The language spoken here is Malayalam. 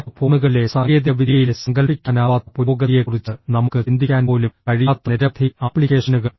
സ്മാർട്ട് ഫോണുകളിലെ സാങ്കേതികവിദ്യയിലെ സങ്കൽപ്പിക്കാനാവാത്ത പുരോഗതിയെക്കുറിച്ച് നമുക്ക് ചിന്തിക്കാൻ പോലും കഴിയാത്ത നിരവധി ആപ്ലിക്കേഷനുകൾ